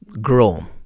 grow